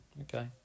okay